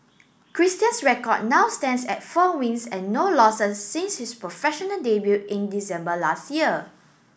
Christian's record now stands at four wins and no losses since his professional debut in December last year